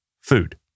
Food